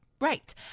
right